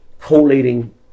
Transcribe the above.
collating